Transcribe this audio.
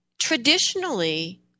traditionally